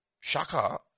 Shaka